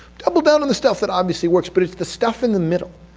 double down on the stuff that obviously works but it's the stuff in the middle,